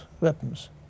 weapons